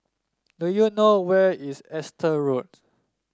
do you know where is Exeter Road